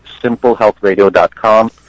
simplehealthradio.com